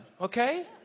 Okay